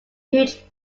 huge